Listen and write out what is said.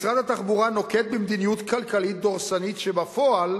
משרד התחבורה נוקט מדיניות כלכלית דורסנית שבפועל